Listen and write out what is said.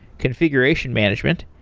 configuration management,